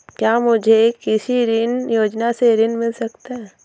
क्या मुझे कृषि ऋण योजना से ऋण मिल सकता है?